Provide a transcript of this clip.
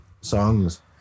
Songs